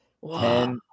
Wow